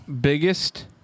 Biggest